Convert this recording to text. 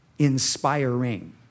inspiring